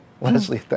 Leslie